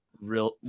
real